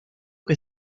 que